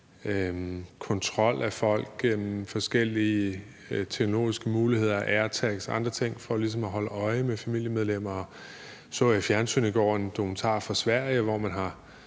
kontrol af folk med brug af forskellige teknologiske muligheder, airtags og andre ting, for ligesom at holde øje med familiemedlemmer. Nu så jeg i fjernsynet i går en dokumentar fra Sverige, hvor man har